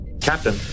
Captain